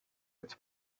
its